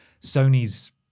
Sony's